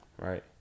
right